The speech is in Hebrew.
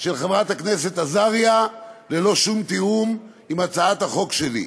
של חברת הכנסת עזריה ללא שום תיאום עם הצעת החוק שלי,